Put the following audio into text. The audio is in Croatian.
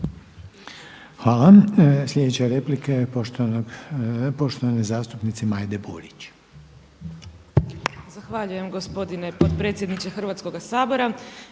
Hvala. Sljedeća replika je poštovane zastupnice Majde Burić.